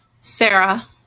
Sarah